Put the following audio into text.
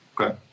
Okay